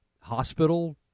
hospital